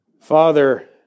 Father